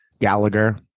Gallagher